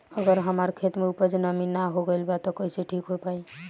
अगर हमार खेत में उपज में नमी न हो गइल बा त कइसे ठीक हो पाई?